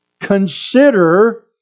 consider